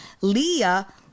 leah